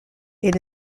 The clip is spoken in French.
est